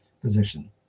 position